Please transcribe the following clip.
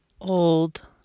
Old